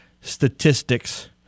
statistics